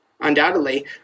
undoubtedly